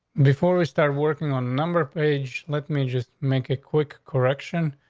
before we start working on number page, let me just make a quick correction.